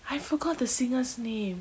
I forgot the singer's name